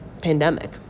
pandemic